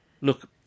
Look